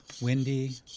windy